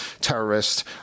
terrorists